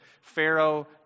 Pharaoh